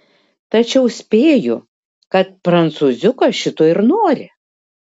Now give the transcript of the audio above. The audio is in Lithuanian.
tačiau spėju kad prancūziukas šito ir nori